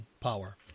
power